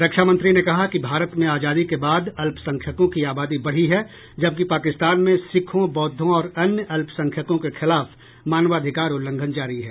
रक्षा मंत्री ने कहा कि भारत में आजादी के बाद अल्पसंख्यकों की आबादी बढ़ी है जबकि पाकिस्तान में सिखों बौद्धों और अन्य अल्पसंख्यकों के खिलाफ मानवाधिकार उल्लंघन जारी है